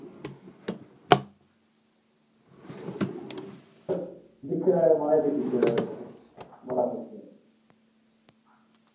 दिक्खी लैओ महाराज फिर दिक्खी लेऔ प्रभु बड़ा मुश्किल ऐ